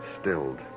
stilled